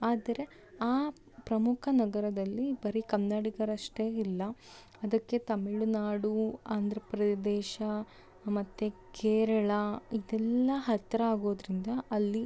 ಆದರೆ ಆ ಪ್ರಮುಖ ನಗರದಲ್ಲಿ ಬರಿ ಕನ್ನಡಿಗರಷ್ಟೇ ಇಲ್ಲ ಅದಕ್ಕೆ ತಮಿಳುನಾಡು ಆಂಧ್ರಪ್ರದೇಶ ಮತ್ತೆ ಕೇರಳ ಇದೆಲ್ಲ ಹತ್ರ ಆಗೋದ್ರಿಂದ ಅಲ್ಲಿ